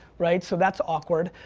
right, so that's awkward,